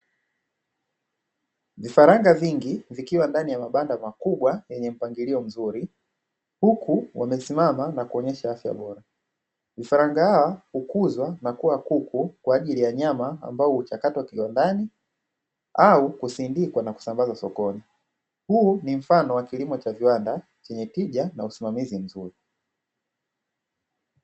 Vifaranga vingi vikiwa ndani ya mabanda makubwa yenye mpangilio mzuri, huku wamesimama na kuonyesha afya njema. Vifaranga hawa hukuzwa na kuwa kuku kwa ajili ya nyama ambayo huchakatwa kiyonani au huuzwa na kutangazwa sokoni. Huu ni mfano wa kilimo cha viwanda chenye kija na usimamizi mzuri.